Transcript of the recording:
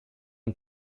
und